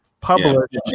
published